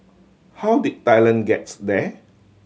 how did Thailand gets there